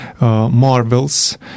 marvels